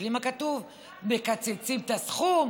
תסתכלי מה כתוב: מקצצים את הסכום,